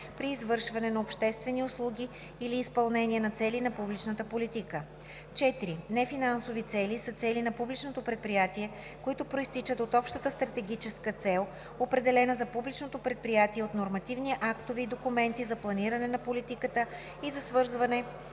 при извършване на обществени услуги или изпълнение на цели на публичната политика. 4. „Нефинансови цели“ са цели на публичното предприятие, които произтичат от общата стратегическа цел, определена за публичното предприятие, и от нормативни актове и документи за планиране на политиката и са свързани